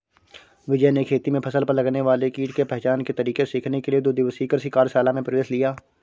विजय ने खेती में फसल पर लगने वाले कीट के पहचान के तरीके सीखने के लिए दो दिवसीय कृषि कार्यशाला में प्रवेश लिया